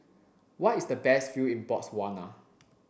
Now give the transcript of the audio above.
where is the best view in Botswana